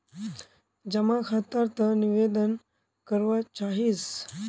जमा खाता त निवेदन करवा चाहीस?